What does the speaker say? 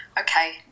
Okay